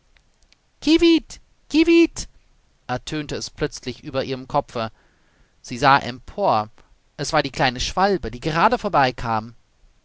ertönte es plötzlich über ihrem kopfe sie sah empor es war die kleine schwalbe die gerade vorbei